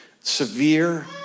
severe